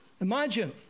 Imagine